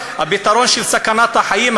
הפתרון לסכנת החיים,